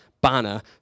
banner